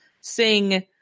sing